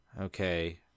Okay